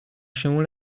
się